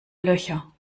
löcher